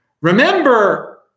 Remember